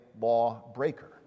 lawbreaker